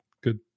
good